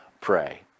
pray